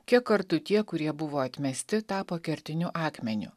kiek kartų tie kurie buvo atmesti tapo kertiniu akmeniu